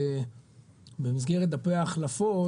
במסגרת דפי ההחלפות,